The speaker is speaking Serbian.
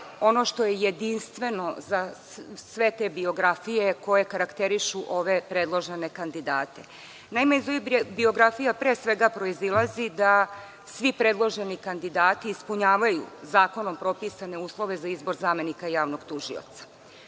ono što je jedinstveno za sve te biografije koje karakterišu ove predložene kandidate. Naime, iz ovih biografija pre svega proizilazi da svi predloženi kandidati ispunjavaju zakonom propisane uslove za izbor zamenika javnog tužioca,